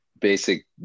basic